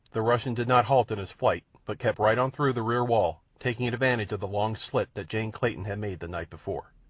the russian did not halt in his flight, but kept right on through the rear wall, taking advantage of the long slit that jane clayton had made the night before.